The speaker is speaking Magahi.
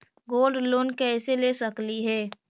गोल्ड लोन कैसे ले सकली हे?